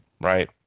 right